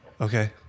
Okay